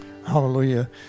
Hallelujah